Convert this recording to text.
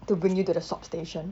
to bring you to the swab station